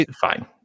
fine